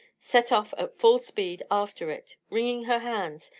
set off at full speed after it, wringing her hands,